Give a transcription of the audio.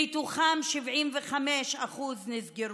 ומתוכם 75% נסגרו.